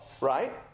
right